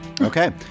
Okay